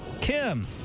Kim